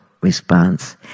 response